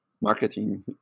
marketing